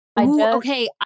okay